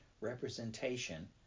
representation